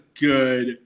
good